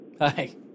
Hi